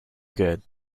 good